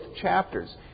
chapters